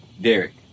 Derek